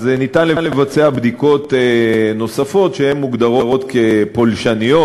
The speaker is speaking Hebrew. אז ניתן לבצע בדיקות שהן מוגדרות כפולשניות,